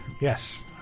Yes